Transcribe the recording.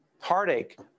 heartache